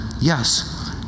yes